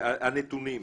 הנתונים,